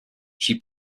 she